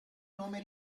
nome